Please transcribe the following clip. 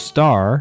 Star